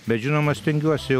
bet žinoma stengiuosi jau